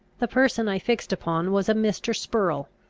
the person i fixed upon was a mr. spurrel,